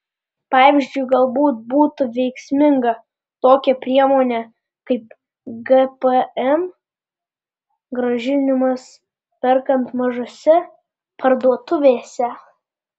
pavyzdžiui galbūt būtų veiksminga tokia priemonė kaip gpm grąžinimas perkant mažose parduotuvėse